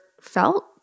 felt